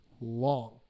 long